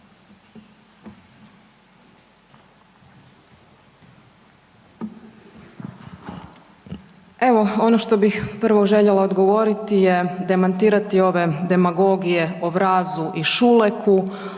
Evo ono što bih prvo željela odgovoriti je demantirati ove demagogije o Vrazu i Šuleku,